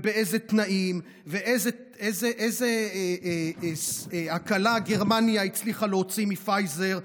ובאיזה תנאים ואיזו הקלה גרמניה הצליחה להוציא מפייזר,